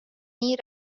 nii